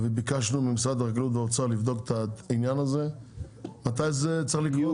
ביקשנו ממשרד החקלאות וממשרד האוצר לבדוק את העניין הזה עד לאמצע